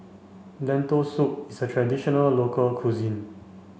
Lentil Soup is a traditional local cuisine